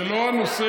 זה לא הנושא.